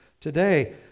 today